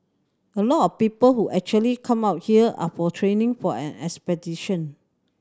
a lot of people who actually come out here are for training for an expedition